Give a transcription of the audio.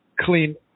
clean